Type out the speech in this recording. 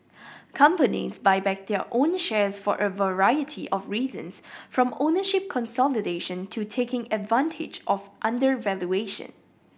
companies buy back their own shares for a variety of reasons from ownership consolidation to taking advantage of undervaluation